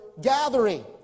gathering